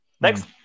Next